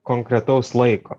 konkretaus laiko